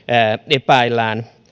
epäillään